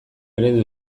eredu